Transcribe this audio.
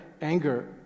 anger